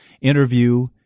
interview—